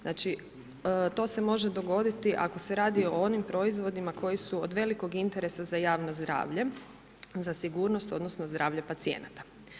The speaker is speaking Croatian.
Znači to se može dogoditi ako se radi o onim proizvodima koji su od velikog interesa za javno zdravlje, za sigurnost odnosno zdravlje pacijenata.